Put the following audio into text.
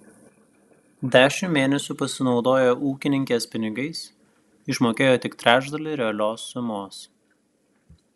dešimt mėnesių pasinaudoję ūkininkės pinigais išmokėjo tik trečdalį realios sumos